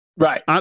Right